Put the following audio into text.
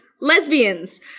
lesbians